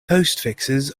postfixes